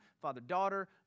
father-daughter